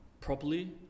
properly